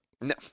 No